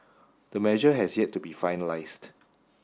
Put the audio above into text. the measure has yet to be finalised